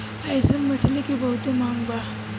अइसन मछली के बहुते मांग बा